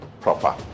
proper